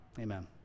amen